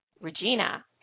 Regina